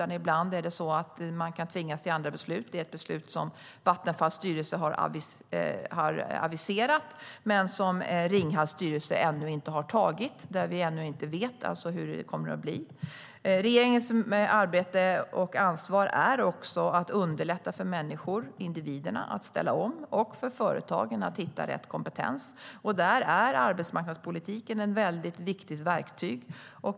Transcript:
Ibland kan man tvingas till andra beslut. Detta är ett beslut som Vattenfalls styrelse har aviserat, men som Ringhals styrelse ännu inte har fattat. Vi vet alltså inte ännu hur det kommer att bli. Regeringens arbete och ansvar är också att underlätta för människor, individerna, att ställa om och för företagen att hitta rätt kompetens. Där är arbetsmarknadspolitiken ett viktigt verktyg.